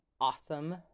awesome